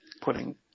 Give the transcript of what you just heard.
putting